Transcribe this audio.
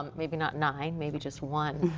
um maybe not nine, maybe just one,